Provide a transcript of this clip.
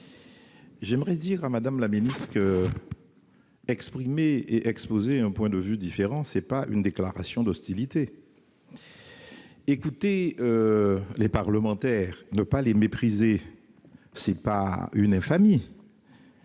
Gouvernement. Madame la ministre, exprimer un point de vue différent ne constitue pas une déclaration d'hostilité. Écouter les parlementaires, ne pas les mépriser, ce n'est pas une infamie